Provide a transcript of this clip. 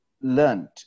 learned